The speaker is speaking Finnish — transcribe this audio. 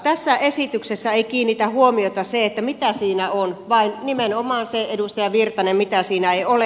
tässä esityksessä ei kiinnitä huomiota se mitä siinä on vaan nimenomaan se edustaja virtanen mitä siinä ei ole